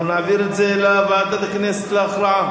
אנחנו נעביר את זה לוועדת הכנסת להכרעה.